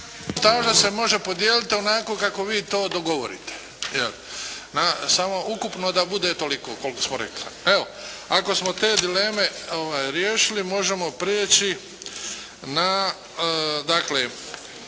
minutaža se može podijeliti onako kako vi to dogovorite, samo da ukupno bude toliko koliko smo rekli. Evo, ako smo te dileme riješili možemo prijeći na